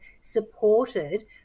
supported